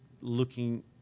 looking